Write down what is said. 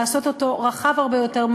לעשות אותו רחב הרבה יותר,